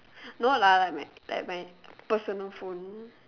no lah like my like my personal phone